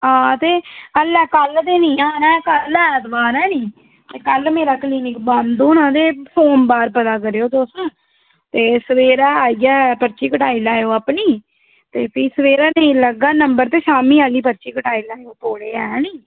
हां ते हाल्लै कल्ल ते निं औना ऐ कल्ल ऐतवार ऐ निं ते कल्ल मेरा क्लीनिक बंद होना ते सोमवार पता करेओ तुस ते सवेरै आइयै पर्ची कटाई लैएओ अपनी ते भी सवेरै नेईं लग्गग नंबर ते शामीं आह्ली पर्ची कटाई लैएओ तौले गै ऐ निं